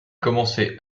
commencé